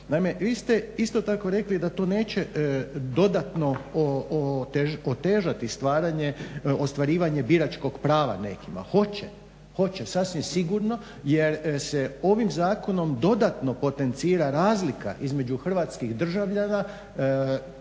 Naime, vi ste isto tako rekli da to neće dodatno otežati ostvarivanje biračkog prava nekima. Hoće, hoće sasvim sigurno jer se ovim zakonom dodatno potencira razlika između hrvatskih državljana,